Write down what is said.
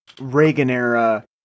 Reagan-era